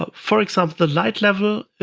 ah for example, the light level.